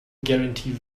guarantee